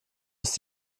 ist